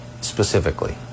specifically